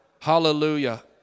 Hallelujah